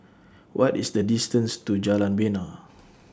What IS The distance to Jalan Bena